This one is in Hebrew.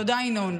תודה, ינון.